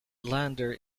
lander